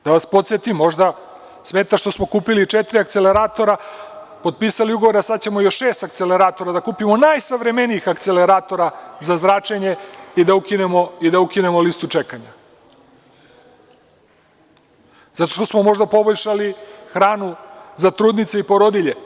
Da vas podsetim, možda smeta što smo kupili četiri akceleratora, potpisali ugovore, a sada ćemo još šest akceleratora da kupimo, najsavremenijih akceleratora za zračenje i da ukinemo listu čekanja, zato što smo možda poboljšali hranu za trudnice i porodilje.